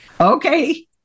okay